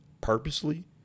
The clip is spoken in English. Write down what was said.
purposely